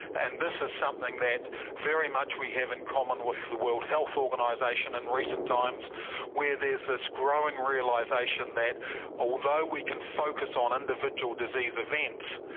and this is something that very much we have in common with the world health organisation in recent times where there is this growing realisation that although we can focus on individual disease events,